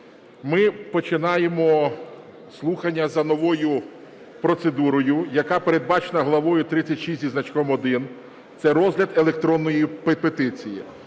ми починаємо слухання за новою процедурою, яка передбачена главою 36 зі значком 1, це розгляд електронної петиції.